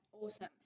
awesome